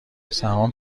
سهام